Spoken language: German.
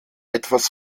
etwas